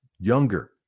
younger